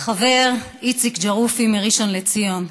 החבר איציק ג'רופי מראשון לציון,